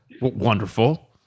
wonderful